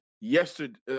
yesterday